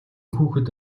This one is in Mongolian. хүүхэд